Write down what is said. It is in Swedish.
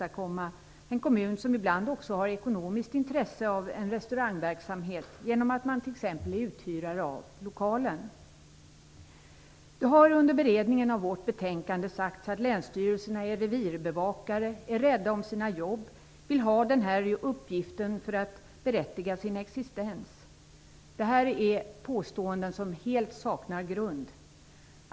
Ibland kan en kommun t.ex. också vara uthyrare av en lokal och därigenom också ha ett ekonomiskt intresse av en restaurangverksamhet. Det har under beredningen av vårt betänkande sagts att länsstyrelserna är revirbevakare, de är rädda om sin jobb och vill ha den här uppgiften för att göra sin existens berättigad. Det här är påståenden som saknar grund.